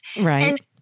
Right